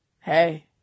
Hey